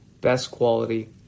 best-quality